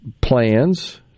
plans